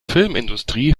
filmindustrie